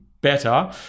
better